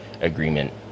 agreement